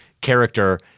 character